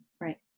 right